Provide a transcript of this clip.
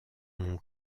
mon